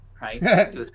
right